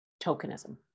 tokenism